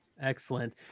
Excellent